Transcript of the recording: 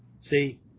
See